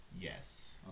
yes